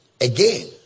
Again